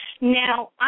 Now